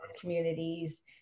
communities